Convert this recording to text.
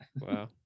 Wow